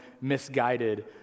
misguided